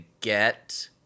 get